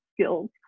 skills